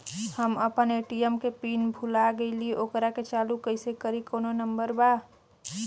हम अपना ए.टी.एम के पिन भूला गईली ओकरा के चालू कइसे करी कौनो नंबर बा?